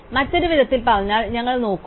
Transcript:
മറ്റൊരു വിധത്തിൽ പറഞ്ഞാൽ ഞങ്ങൾ നോക്കുന്നു